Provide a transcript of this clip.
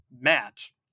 match